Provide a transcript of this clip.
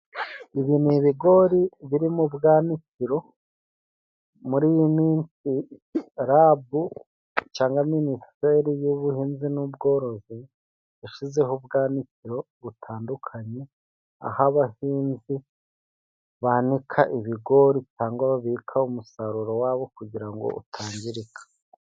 Ibi ni ibigori biri mu bwanikiro, muri iyi minsi rabu cyangwa minisiteri y'ubuhinzi n'ubworozi yashizeho ubwanikiro butandukanye, aha abahinzi banika ibigori cyanga babika umusaruro wabo, kugira ngo utangirika.